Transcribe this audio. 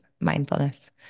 mindfulness